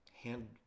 hand